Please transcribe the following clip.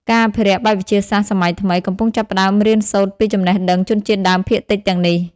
ការអភិរក្សបែបវិទ្យាសាស្ត្រសម័យថ្មី កំពុងចាប់ផ្តើមរៀនសូត្រពីចំណេះដឹងជនជាតិដើមភាគតិចទាំងនេះ។